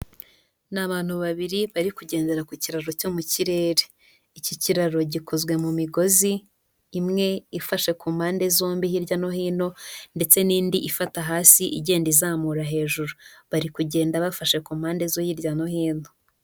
Ni abantu babiri bari kugendera ku kiraro cyo mu kirere, iki kiraro gikozwe mu migozi, imwe ifashe ku mpande zombi hirya no hino, ndetse n'indi ifata hasi igenda izamura hejuru, bari kugenda bafashe ku mpande zo hirya no hino.